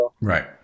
Right